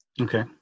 Okay